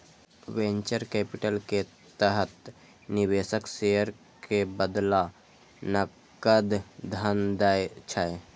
venture capital के तहत निवेशक शेयर के बदला नकद धन दै छै